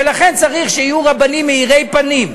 ולכן צריך שיהיו רבנים מאירי פנים,